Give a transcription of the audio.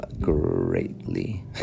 greatly